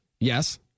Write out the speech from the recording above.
Yes